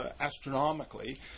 astronomically